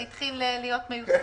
זה התחיל להיות מיושם?